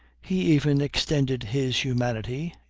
he even extended his humanity,